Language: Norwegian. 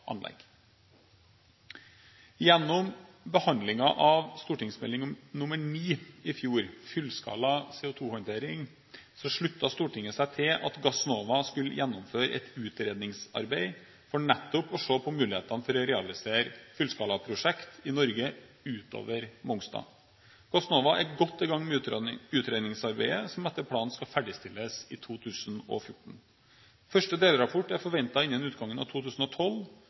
anlegg. Gjennom behandlingen av Meld. St. 9 for 2010–2011, Fullskala CO2-håndtering, i fjor sluttet Stortinget seg til at Gassnova skulle gjennomføre et utredningsarbeid, for nettopp å se på mulighetene for å realisere fullskalaprosjekt i Norge, utover Mongstad. Gassnova er godt i gang med utredningsarbeidet, som etter planen skal ferdigstilles i 2014. Første delrapport er forventet innen utgangen av 2012.